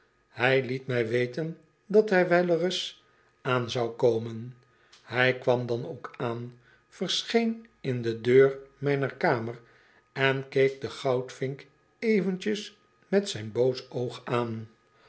hij liet mij weten dat hy wel reis aan zou komen hij kwam dan ook aan verscheen in de deur mijner kamer en keek den goudvink eventjes met zijn boos oog aan